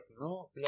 no